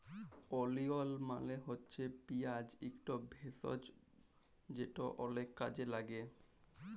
ওলিয়ল মালে হছে পিয়াঁজ ইকট ভেষজ যেট অলেক কাজে ল্যাগে